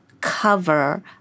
cover